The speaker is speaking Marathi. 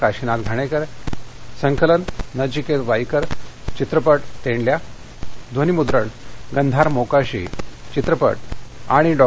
काशिनाथ घाणक्ति संकलन नचिक्तीवाईकर चित्रपट तेंडल्या ध्वनीमूद्रण गंधार मोकाशी चित्रपट आणि डॉ